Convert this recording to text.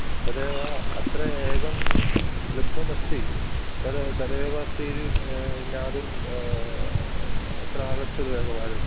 कदेव अत्र एकं लब्धमस्ति तद् तदेव अस्तीति ज्ञा ज्ञातुम् अत्र आगच्छतु एकवारम्